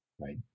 right